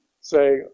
say